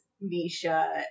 Misha